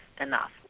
enough